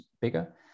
bigger